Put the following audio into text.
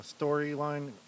storyline